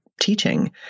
teaching